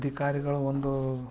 ಅಧಿಕಾರಿಗಳು ಒಂದು